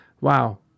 Wow